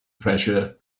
pressure